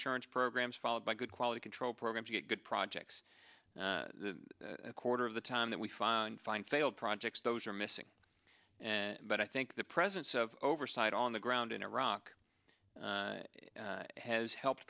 assurance programs followed by good quality control programs you get good projects a quarter of the time that we find find failed projects those are missing and but i think the presence of oversight on the ground in iraq has helped